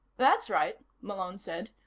that's right, malone said.